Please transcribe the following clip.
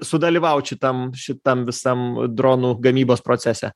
sudalyvaut šitam šitam visam dronų gamybos procese